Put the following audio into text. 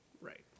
Right